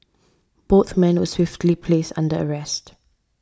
both men were swiftly placed under arrest